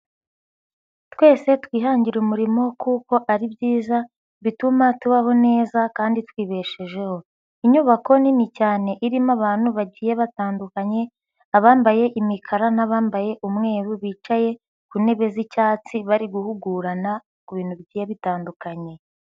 Twese twihangire umurimo kuko ari byiza bituma tubaho neza kandi twibeshejeho, inyubako nini cyane irimo abantu bagiye batandukanye, abambaye imikara n'abambaye umweru bicaye ku ntebe z'icyatsi bari guhugurana, ku bintu bigiye bitandukanye.